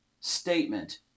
statement